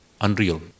unreal